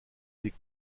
des